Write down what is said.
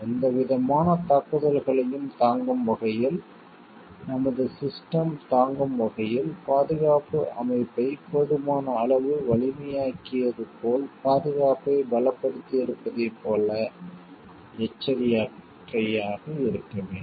எந்த விதமான தாக்குதலையும் தாங்கும் வகையில் நமது சிஸ்டம் தாங்கும் வகையில் பாதுகாப்பு அமைப்பை போதுமான அளவு வலிமையாக்கியது போல் பாதுகாப்பை பலப்படுத்தியிருப்பதைப் போல எச்சரிக்கையாக இருக்க வேண்டும்